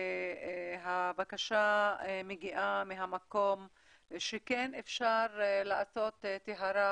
והבקשה מגיעה מהמקום שכן אפשר לעשות טהרה